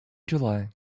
july